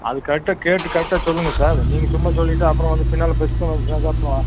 அது கரெக்டாக கேட்டு கரெக்டாக சொல்லுங்கள் சார் நீங்கள் சும்மா சொல்லிட்டு அப்புறம் வந்து பின்னால் பிரச்சினை வர கூடாது